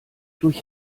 durch